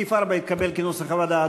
סעיף 4 התקבל כנוסח הוועדה.